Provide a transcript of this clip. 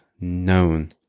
known